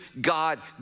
God